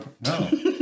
No